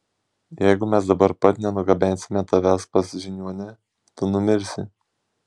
jeigu mes dabar pat nenugabensime tavęs pas žiniuonę tu numirsi